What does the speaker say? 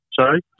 Sorry